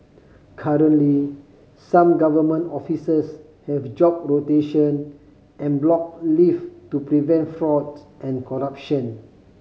currently some government offices have job rotation and block leave to prevent fraud and corruption